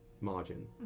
margin